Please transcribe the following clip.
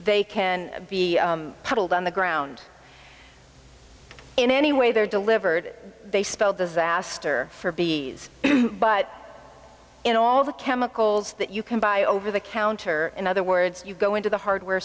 they can be pulled on the ground in any way they're delivered they spell disaster for b but in all of the chemicals that you can buy over the counter in other words you go into the hardware